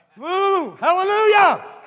hallelujah